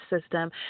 system